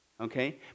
okay